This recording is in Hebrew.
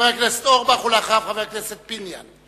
חבר הכנסת אורבך, ואחריו, חבר הכנסת פיניאן.